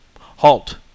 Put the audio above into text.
Halt